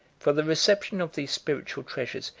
for the reception of these spiritual treasures,